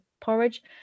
porridge